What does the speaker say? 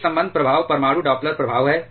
एक संबद्ध प्रभाव परमाणु डॉपलर प्रभाव है